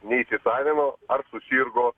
neįsisavino ar susirgo